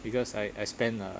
because I I spent uh